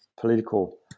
political